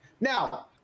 Now